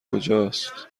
کجاست